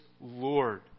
Lord